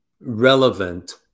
relevant